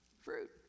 Fruit